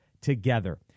together